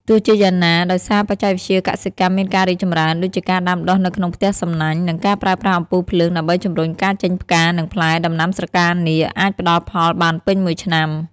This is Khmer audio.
ទោះជាយ៉ាងណា ដោយសារបច្ចេកវិទ្យាកសិកម្មមានការរីកចម្រើន ដូចជាការដាំដុះនៅក្នុងផ្ទះសំណាញ់ និងការប្រើប្រាស់អំពូលភ្លើងដើម្បីជំរុញការចេញផ្កា និងផ្លែ ដំណាំស្រកានាគអាចផ្តល់ផលបានពេញមួយឆ្នាំ។